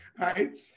right